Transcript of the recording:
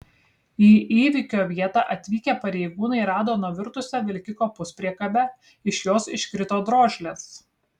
į įvykio vietą atvykę pareigūnai rado nuvirtusią vilkiko puspriekabę iš jos iškrito drožlės